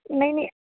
ਨਹੀਂ ਨਹੀਂ